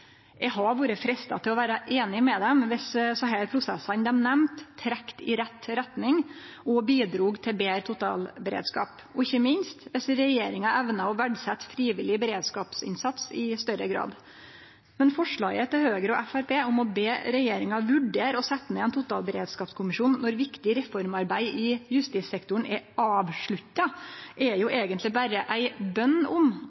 Eg hadde vore freista til å vere einig med dei viss desse prosessane dei nemnde, trekte i rett retning og bidrog til betre totalberedskap – og ikkje minst viss regjeringa evna å verdsetje frivillig beredskapsinnsats i større grad. Men forslaget til Høgre og Framstegspartiet om å be regjeringa vurdere å setje ned ein totalberedskapskommisjon når viktige reformarbeid i justissektoren er avslutta, er eigentleg berre ei bøn om